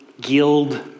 Guild